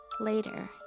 Later